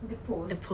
the post